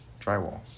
Drywall